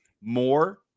more